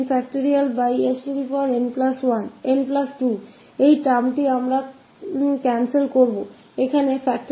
𝑠𝑛1 है एक टर्म रद्द हो जाएगा हमारे पास यहाँ है n